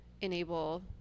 enable